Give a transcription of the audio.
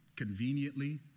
Conveniently